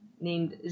named